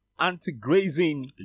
Anti-grazing